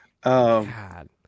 God